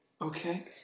Okay